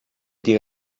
die